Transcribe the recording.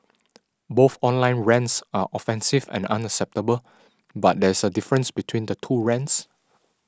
both online rants are offensive and unacceptable but there is a difference between the two rants